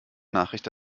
nachricht